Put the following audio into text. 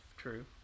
True